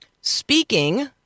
speaking